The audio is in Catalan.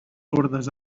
hordes